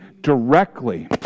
directly